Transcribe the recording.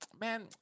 man